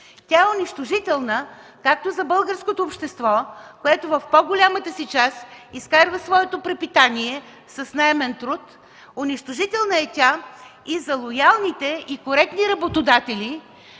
Тя е унищожителна както за българското общество, което в по-голямата си част изкарва своето препитание с наемен труд, така и за лоялните и коректни работодатели,